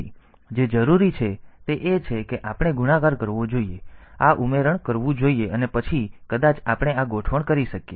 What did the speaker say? તેથી જે જરૂરી છે તે એ છે કે આપણે ગુણાકાર કરવો જોઈએ આપણે આ ઉમેરણ કરવું જોઈએ અને પછી કદાચ આપણે આ ગોઠવણ કરી શકીએ